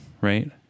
right